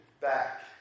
back